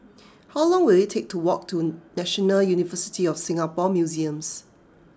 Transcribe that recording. how long will it take to walk to National University of Singapore Museums